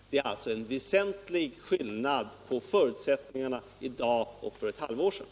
Det är alltså en väsentlig skillnad på förutsättningarna i dag och för ett halvår sedan.